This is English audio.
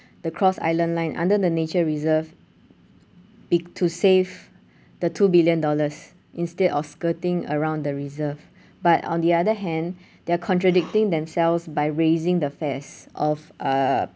the cross island line under the nature reserve be~ to save the two billion dollars instead of skirting around the reserve but on the other hand they're contradicting themselves by raising the fares of uh